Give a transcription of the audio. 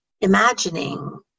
imagining